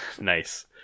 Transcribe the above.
nice